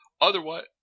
otherwise